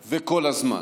וכל הזמן.